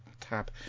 tab